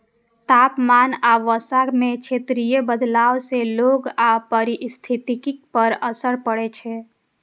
तापमान आ वर्षा मे क्षेत्रीय बदलाव सं लोक आ पारिस्थितिकी पर असर पड़ै छै